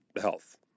health